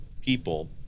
people